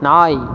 நாய்